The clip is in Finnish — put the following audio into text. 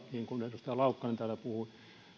niin kuin edustaja laukkanen täällä puhui